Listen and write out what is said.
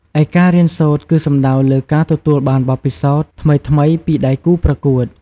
ឯការរៀនសូត្រគឺសំដៅលើការទទួលបានបទពិសោធន៍ថ្មីៗពីដៃគូប្រកួត។